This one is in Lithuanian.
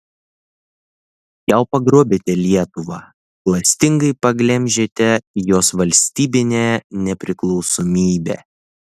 jau pagrobėte lietuvą klastingai paglemžėte jos valstybinę nepriklausomybę